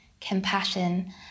compassion